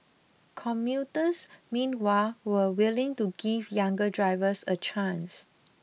commuters meanwhile were willing to give younger drivers a chance